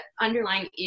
underlying